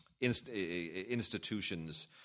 institutions